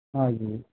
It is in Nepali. हजुर